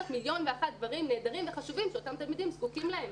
מיליון ואחד דברים נהדרים וחשובים שאותם תלמידים זקוקים להם.